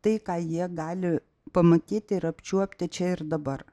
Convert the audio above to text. tai ką jie gali pamatyti ir apčiuopti čia ir dabar